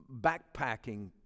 backpacking